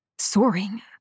soaring